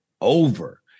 over